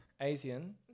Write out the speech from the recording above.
asian